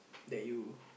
that you